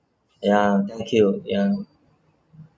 ya thank you ya